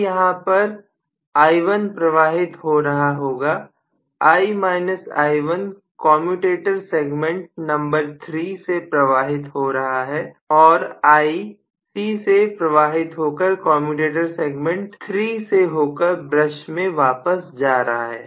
अब यहां पर i1 प्रवाहित हो रहा होगा I i1 commutator segment number 3 से प्रवाहित हो रहा है और I C से प्रवाहित होकर कमयुटेटर सेगमेंट 3 से होकर ब्रश में वापस जा रहा है